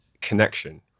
connection